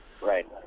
Right